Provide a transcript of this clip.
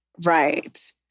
Right